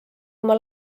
oma